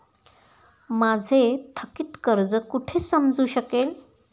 माझे थकीत कर्ज कुठे समजू शकेल?